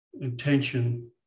Intention